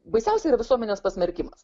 baisiausia yra visuomenės pasmerkimas